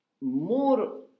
more